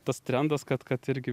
tas trendas kad kad irgi